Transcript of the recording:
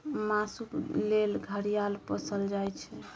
मासुक लेल घड़ियाल पोसल जाइ छै